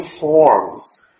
forms